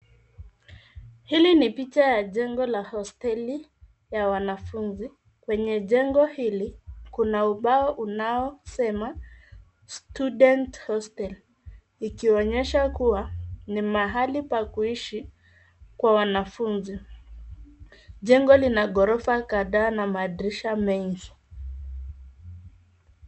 Hili ni picha ya jengo la hosteli ya wanafunzi, kwenye jengo hili kuna ubao unao sema student hostel ikionyesha kuwa ni mahali pa kuishi kwa wanafunzi. Jengo lina gorofa kadhaa na madrisha mengi.